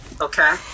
okay